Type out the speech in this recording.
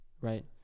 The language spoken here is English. Right